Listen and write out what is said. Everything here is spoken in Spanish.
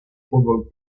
fútbol